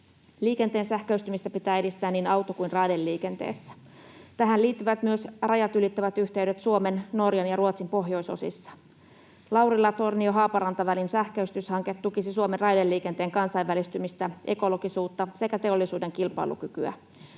Liikenteen sähköistymistä pitää edistää niin auto- kuin raideliikenteessä. Tähän liittyvät myös rajat ylittävät yhteydet Suomen, Norjan ja Ruotsin pohjoisosissa. Laurila—Tornio—Haaparanta-välin sähköistyshanke tukisi Suomen raideliikenteen kansainvälistymistä, ekologisuutta sekä teollisuuden kilpailukykyä.